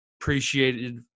appreciated